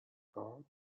gold